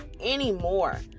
anymore